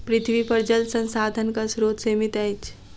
पृथ्वीपर जल संसाधनक स्रोत सीमित अछि